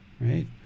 Right